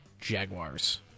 Jaguars